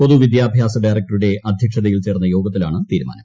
പൊതു വിദ്യാഭ്യാസ ഡയറക്ടറുടെ അധ്യക്ഷതയിൽ ചേർന്ന യോഗത്തിലാണ് തീരുമാനം